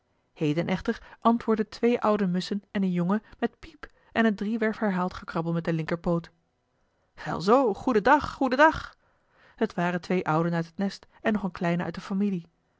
heden echter antwoordden twee oude musschen en een jonge met piep en een driewerf herhaald gekrabbel met den linkerpoot wel zoo goeden dag goeden dag het waren twee ouden uit het nest en nog een kleine uit de familie